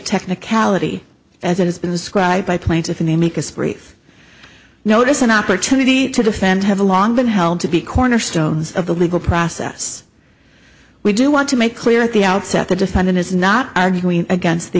technicality as it has been described by plaintiff and they make a separate notice an opportunity to defend have along been held to be cornerstones of the legal process we do want to make clear at the outset the defendant is not arguing against the